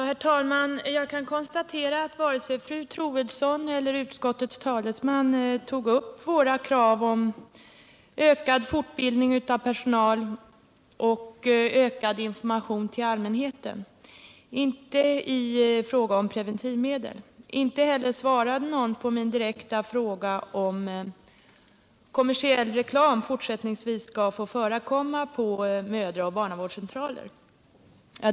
Herr talman! Jag kan konstatera att varken fru Troedsson eller utskottets talesman tog upp våra krav på ökad fortbildning av personal och ökad information till allmänheten i fråga om preventivmedel. Inte heller svarade någon på min direkta fråga som gällde om kommersiell reklam fortsättningsvis skall få förekomma på mödraoch barnavårdscentraler.